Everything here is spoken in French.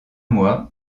mois